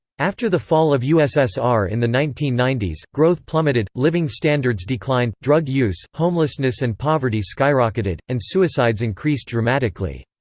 after the fall of ussr in the nineteen ninety s, growth plummeted, living standards declined, drug use, homelessness and poverty skyrocketed, and suicides increased dramatically.